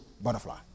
butterfly